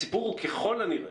הסיפור הוא ככל הנראה,